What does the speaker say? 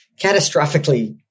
catastrophically